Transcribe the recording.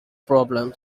problem